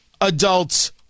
adults